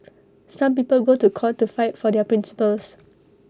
some people go to court to fight for their principles